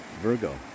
Virgo